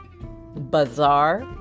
bazaar